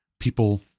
people